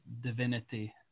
Divinity